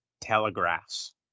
telegraphs